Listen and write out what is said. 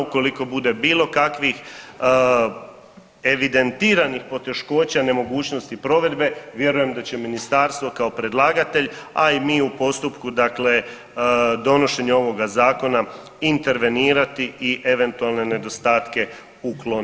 Ukoliko bude bilo kakvih evidentiranih poteškoća nemogućnosti provedbe vjerujem da će ministarstvo kao predlagatelj, a i mi u postupku dakle donošenja ovoga zakona intervenirati i eventualne nedostatke ukloniti.